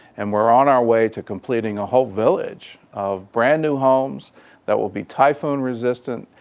and we're on our way to completing a whole village of brand new homes that will be typhoon-resistant,